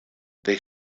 they